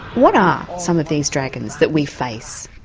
what are some of these dragons that we face?